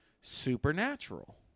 Supernatural